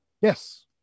Yes